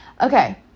Okay